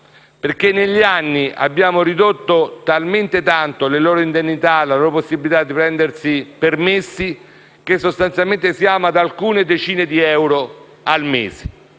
Negli anni abbiamo ridotto talmente tanto le loro indennità e la loro possibilità di prendere permessi, che sostanzialmente sono arrivate ad alcune decine di euro al mese.